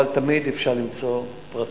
אבל תמיד אפשר למצוא פרצות,